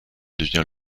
devient